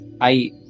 I-